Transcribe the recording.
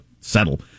settle